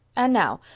and now,